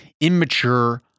immature